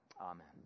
Amen